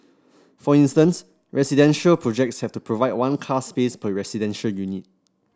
for instance residential projects have to provide one car space per residential unit